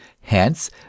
hence